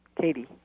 Katie